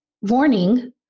warning